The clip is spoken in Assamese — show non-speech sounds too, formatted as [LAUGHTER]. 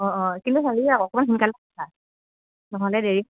অঁ অঁ কিন্তু [UNINTELLIGIBLE] অকণমান সোনকাল কৰিবা নহ'লে দেৰি